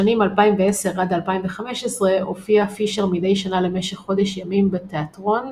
בשנים 2010–2015 הופיע פישר מדי שנה למשך חודש ימים בתיאטרון